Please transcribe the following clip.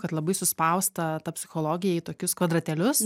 kad labai suspausta ta psichologija į tokius kvadratėlius